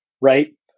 right